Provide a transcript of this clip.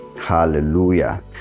Hallelujah